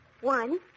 One